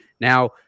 Now